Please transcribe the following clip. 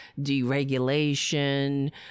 deregulation